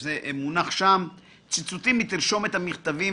מה היו תוצאותיו של החריש העמוק הזה?